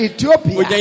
Ethiopia